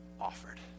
offered